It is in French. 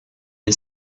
est